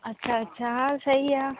अच्छा अच्छा हा सही आहे